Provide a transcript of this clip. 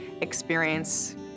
experience